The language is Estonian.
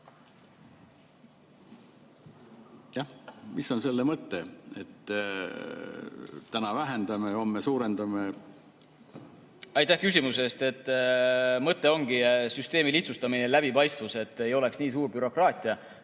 Mis on selle mõte? Täna vähendame, homme suurendame. Aitäh küsimuse eest! Mõte ongi süsteemi lihtsustamine, läbipaistvus, et ei oleks nii palju bürokraatiat